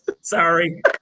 Sorry